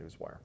Newswire